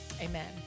amen